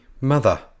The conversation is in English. Mother